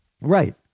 Right